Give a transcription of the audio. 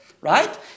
right